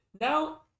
Now